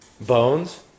Bones